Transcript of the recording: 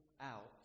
out